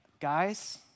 guys